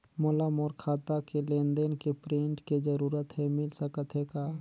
मोला मोर खाता के लेन देन के प्रिंट के जरूरत हे मिल सकत हे का?